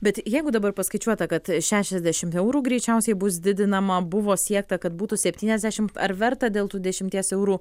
bet jeigu dabar paskaičiuota kad šešiasdešimt eurų greičiausiai bus didinama buvo siekta kad būtų septyniasdešimt ar verta dėl tų dešimties eurų